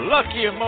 Lucky